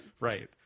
right